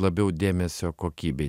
labiau dėmesio kokybei